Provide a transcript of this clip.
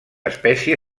espècie